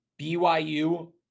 BYU –